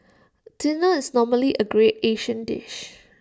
dinner is normally A great Asian dish